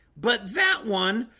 but that one